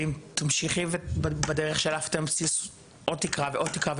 ואם תמשיכי בדרך שלך יש עוד תקרה ועוד תקרה,